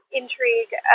intrigue